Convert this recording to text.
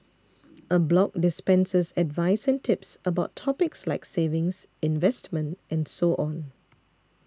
a blog dispenses advice and tips about topics like savings investment and so on